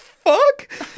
fuck